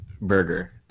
burger